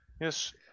Yes